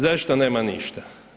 Zašto nema ništa?